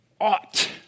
ought